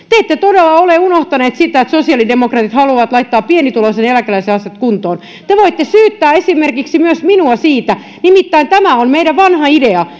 te te ette todella ole unohtanut sitä että sosiaalidemokraatit haluavat laittaa pienituloisen eläkeläisen asiat kuntoon te voitte syyttää esimerkiksi myös minua siitä nimittäin tämä on meidän vanha ideamme